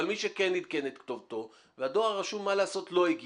אבל מי שכן עדכן את כתובתו והדואר הרשום לא הגיע